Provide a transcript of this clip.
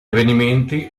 avvenimenti